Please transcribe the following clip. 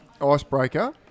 icebreaker